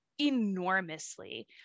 enormously